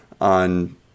on